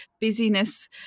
busyness